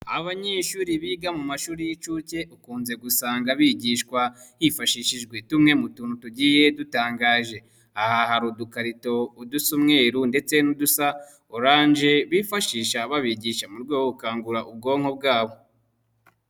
Abanyeshuri biga mu mashuri y'incuke ukunze gusanga bigishwa hifashishijwe tumwe mu tuntu tugiye dutangaje. Aha hari udukarito udusa umweruru ndetse n'udusa orange bifashisha babigisha mu rwego rwo gukangura ubwonko bwabo.